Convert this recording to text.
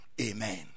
Amen